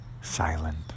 silent